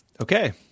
Okay